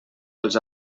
els